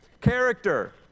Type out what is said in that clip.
Character